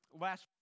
last